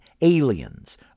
aliens